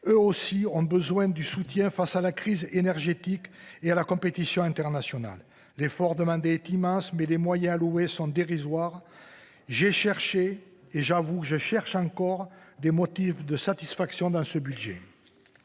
Elles aussi ont besoin du soutien face à la crise énergétique et à la compétition internationale. L’effort demandé est immense, mais les moyens alloués sont dérisoires. J’ai cherché, et j’avoue que je cherche encore, des motifs de satisfaction dans ce projet